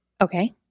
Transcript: Okay